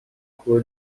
بگو